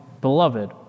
beloved